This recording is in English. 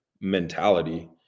mentality